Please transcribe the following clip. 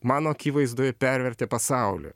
mano akivaizdoj pervertė pasaulį